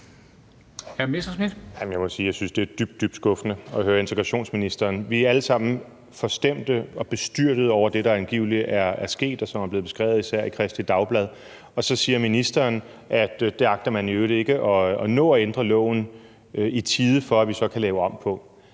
jeg synes, det er dybt, dybt skuffende at høre integrationsministeren. Vi er alle sammen forstemte og bestyrtede over det, der angiveligt er sket, og som er blevet beskrevet især i Kristeligt Dagblad, og så siger ministeren, at det agter man i øvrigt ikke at nå at ændre loven i tide for at vi så kan lave om på.